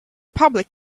public